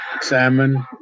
salmon